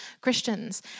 Christians